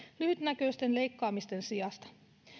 lyhytnäköisten leikkaamisten sijasta